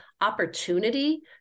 opportunity